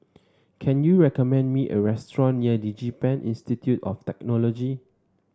can you recommend me a restaurant near DigiPen Institute of Technology